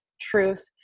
truth